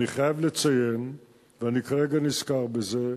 אני חייב לציין, ואני כרגע נזכר בזה,